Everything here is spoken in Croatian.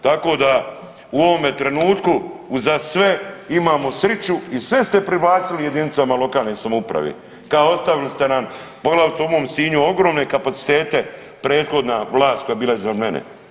Tako da u ovome trenutku za sve imamo sriću i sve ste pribacili jedinicama lokalne samouprave kao ostavili ste nam poglavito u mom Sinju ogromne kapacitete prethodna vlast koja je bila iznad mene.